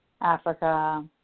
Africa